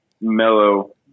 mellow